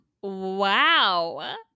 Wow